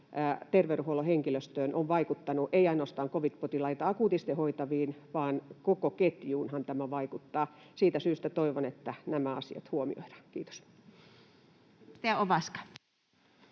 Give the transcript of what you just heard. terveydenhuollon henkilöön on vaikuttanut, ei ainoastaan covid-potilaita akuutisti hoitaviin vaan koko ketjuun. Siitä syystä toivon, että nämä asiat huomioidaan. — Kiitos.